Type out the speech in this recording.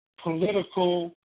political